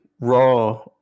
raw